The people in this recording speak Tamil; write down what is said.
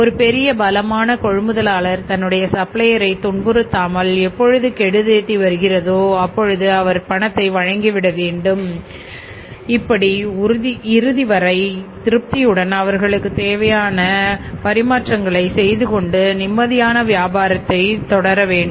ஒரு பெரிய பலமான கொள்முதலாளர் தன்னுடைய சப்ளையரை துன்புறுத்தாமல் எப்பொழுது கெடு தேதி வருகிறதோ அப்பொழுது அவர் பணத்தை வழங்கிவிட வேண்டும் இப்படி இறுதி வரை திருப்தியுடன் அவர்களுக்கு தேவையான பரிமாற்றங்களை செய்து கொண்டு நிம்மதியான வியாபாரத்தை தொடர வேண்டும்